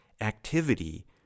Activity